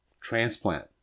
transplant